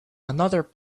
another